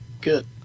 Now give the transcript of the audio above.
good